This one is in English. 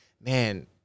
man